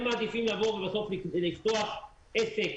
הם מעדיפים לבוא ולפתוח עסק